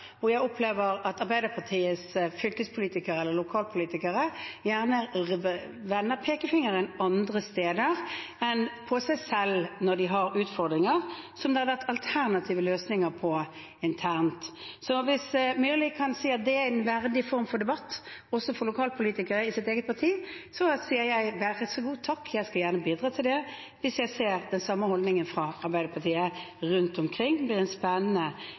og jeg opplever at Arbeiderpartiets fylkespolitikere eller lokalpolitikere gjerne retter pekefingeren andre steder enn på seg selv når de har utfordringer som det har vært alternative løsninger på internt. Så hvis Myrli kan si at det er en verdig form for debatt også for lokalpolitikere i sitt eget parti, sier jeg vær så god og takk, jeg skal gjerne bidra til det, hvis jeg ser den samme holdningen fra Arbeiderpartiet rundt omkring. Det blir en spennende